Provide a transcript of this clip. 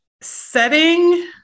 setting